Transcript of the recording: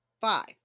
five